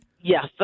Yes